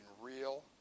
real